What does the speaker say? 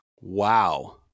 Wow